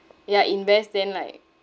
ya invest then like